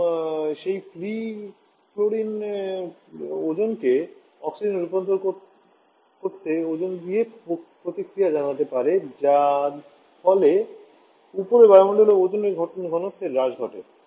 এবং সেই free chlorine ওজনকে অক্সিজেনে রূপান্তর করতে ওজোন দিয়ে প্রতিক্রিয়া জানাতে পারে যার ফলে উপরের বায়ুমণ্ডলে ওজোন ঘনত্বের হ্রাস ঘটে